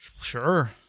Sure